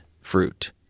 fruit